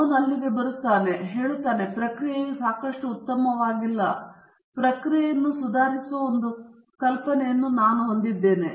ಅವನು ಅಲ್ಲಿಗೆ ಬರುತ್ತಾನೆ ಮತ್ತು ಈ ಪ್ರಕ್ರಿಯೆಯು ಸಾಕಷ್ಟು ಉತ್ತಮವಾಗಿಲ್ಲ ಎಂದು ಹೇಳುತ್ತದೆ ಪ್ರಕ್ರಿಯೆಯನ್ನು ಸುಧಾರಿಸುವ ಒಂದು ಕಲ್ಪನೆಯನ್ನು ನಾನು ಹೊಂದಿದ್ದೇನೆ